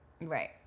Right